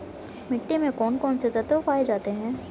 मिट्टी में कौन कौन से तत्व पाए जाते हैं?